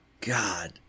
god